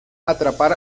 atrapar